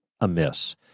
amiss